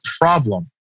problem